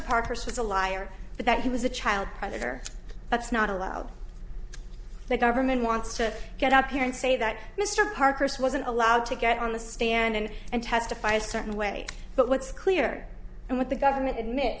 was a liar but that he was a child predator that's not allowed the government wants to get up here and say that mr parker's wasn't allowed to get on the stand and testify a certain way but what's clear and what the government admi